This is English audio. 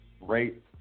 rate